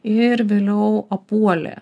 ir vėliau apuolė